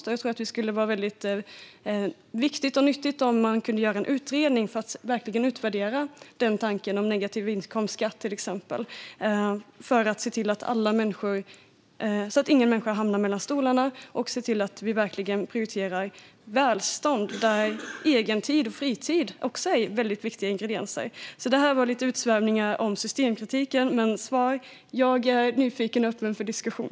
Jag tror också att det skulle vara väldigt viktigt och nyttigt om man kunde göra en utredning för att utvärdera till exempel tanken om negativ inkomstskatt, för att se till att ingen människa hamnar mellan stolarna och att vi prioriterar välstånd. Där är egen tid och fritid också väldigt viktiga ingredienser. Detta var lite utsvävningar om systemkritiken, men svaret är att jag är nyfiken och öppen för diskussion.